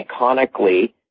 iconically